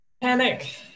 Panic